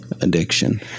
addiction